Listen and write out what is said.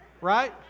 right